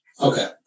Okay